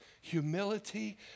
humility